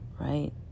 right